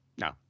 no